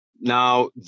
now